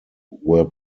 were